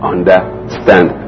Understand